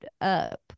up